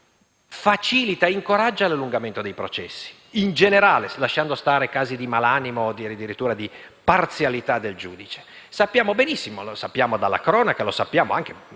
facilita e incoraggia l'allungamento dei processi, in generale, lasciando stare casi di malanimo o addirittura di parzialità del giudice. Sappiamo benissimo dalla cronaca e molto bene